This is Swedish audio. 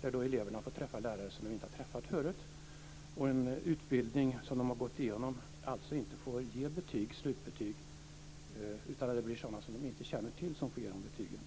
där de får träffa lärare som de inte har träffat förut? Lärare från en utbildning som de har gått igenom får alltså inte ge slutbetyg, utan det blir sådana som de inte känner till som få ge dem betygen.